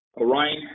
Orion